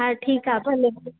हा ठीकु आहे भले